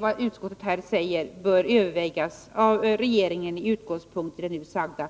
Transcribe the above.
vad utskottet här anför bör övervägas av regeringen med utgångspunkt i det nu sagda.